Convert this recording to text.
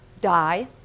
die